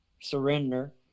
surrender